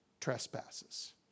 trespasses